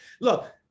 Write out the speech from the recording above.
look